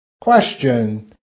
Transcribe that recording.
Question